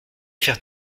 faire